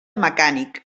mecànic